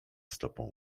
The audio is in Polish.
stopą